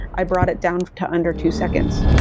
i brought it down to under two seconds.